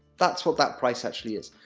that's what that price actually is,